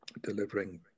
delivering